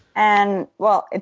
and well,